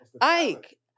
Ike